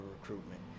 recruitment